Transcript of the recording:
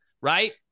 right